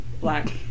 black